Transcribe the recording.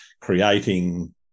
creating